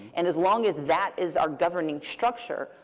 and as long as that is our governing structure,